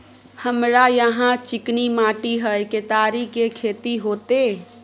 हमरा यहाँ चिकनी माटी हय केतारी के खेती होते?